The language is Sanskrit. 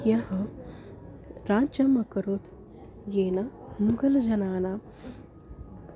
यः राज्यम् अकरोत् येन मुघलजनानां